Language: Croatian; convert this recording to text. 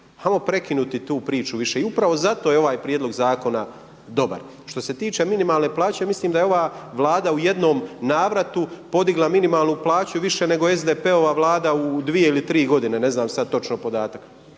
Ajmo prekinuti tu priču više i upravo je zato ovaj prijedlog zakona dobar. Što se tiče minimalne plaće, mislim da je ova Vlada u jednom navratu podigla minimalnu plaću više SDP-ova vlada u dvije ili tri godine, ne znam sada točno podatak,